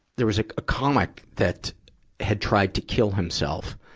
there was a, a comic that had tried to kill himself,